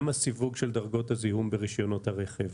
גם הסיווג של דרגות הזיהום ברישיונות הרכב,